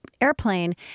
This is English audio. airplane